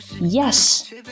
Yes